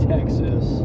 Texas